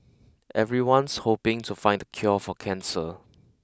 everyone's hoping to find the cure for cancer